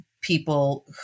people